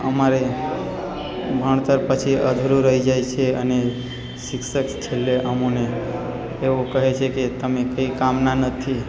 અમારે ભણતર પછી અધૂરું રહી જાય છે અને શિક્ષક છેલ્લે અમોને એવું કહે છે કે તમે કંઈ કામના નથી